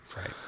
right